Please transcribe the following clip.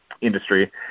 industry